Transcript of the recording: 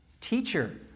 Teacher